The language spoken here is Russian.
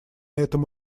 этом